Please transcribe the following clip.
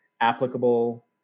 applicable